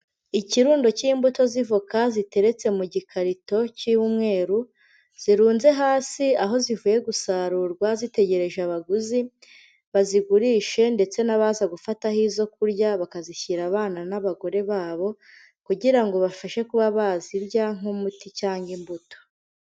Ikirundo cy'imbuto z'ivoka ziteretse mu gikarito cy'umweru zirunze hasi, aho zivuye gusarurwa zitegereje abaguzi, bazigurishe ndetse n'abaza gufataho izo kurya bakazishyira abana n'abagore babo, kugira ngo bafashe kuba bazirya nk'umuti cyangwa imbuto.